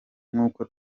nkuko